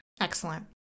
Excellent